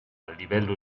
livello